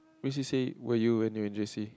which he says where you're in when you're in J_C